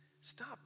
Stop